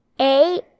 Eight